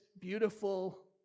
beautiful